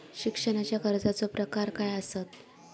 शिक्षणाच्या कर्जाचो प्रकार काय आसत?